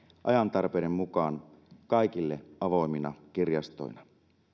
ajan tarpeiden mukaan kaikille avoimina kirjastoina